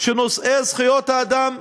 שאכפת להם מנושאי זכויות האדם,